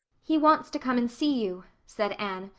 he wants to come and see you, said anne.